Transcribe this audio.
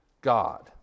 God